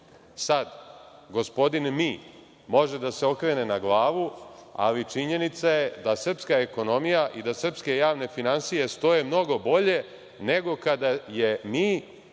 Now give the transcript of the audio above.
gospodin „mi“ može da se okrene na glavu, ali činjenica je da srpska ekonomija i da srpske javne finansije stoje bolje nego kada je „mi“